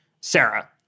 Sarah